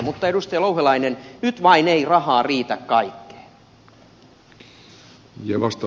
mutta edustaja louhelainen nyt vain ei rahaa riitä kaikkeen